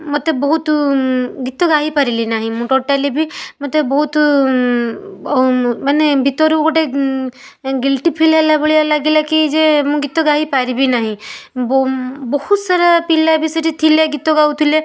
ମତେ ବହୁତ ଗୀତ ଗାଇପାରିଲି ନାହିଁ ଟୋଟାଲି ବି ମୋତେ ବହୁତ ମାନେ ଭିତରୁ ଗୋଟେ ଗିଲ୍ଟି ଫିଲ୍ ହେଲା ଭଳିଆ ଲାଗିଲା କି ଯେ ମୁଁ ଗୀତ ଗାଇପାରିବି ନାହିଁ ବହୁ ସାରା ପିଲା ବି ସେଠି ଥିଲେ ଗୀତ ଗାଉଥିଲେ